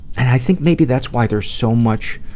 i think maybe that's why there's so much